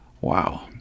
Wow